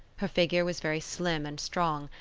her figure was very slim and strong,